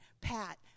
Pat